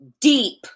deep